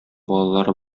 балалары